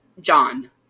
john